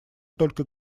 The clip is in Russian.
только